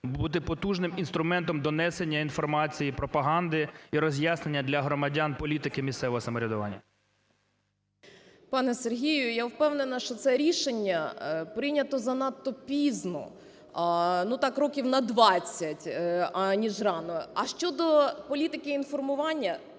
бути потужним інструментом донесення інформації, пропаганди і роз'яснення для громадян політики місцевого самоврядування. 12:42:06 СЮМАР В.П. Пане Сергію, я впевнена, що це рішення прийнято занадто пізно так років на двадцять, аніж рано. А щодо політики інформування,